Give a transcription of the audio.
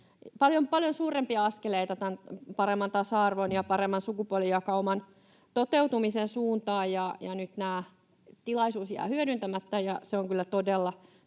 paljon suurempia askeleita paremman tasa-arvon ja paremman sukupuolijakauman toteutumisen suuntaan, ja nyt tämä tilaisuus jää hyödyntämättä. Se on kyllä